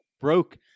broke